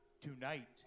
Tonight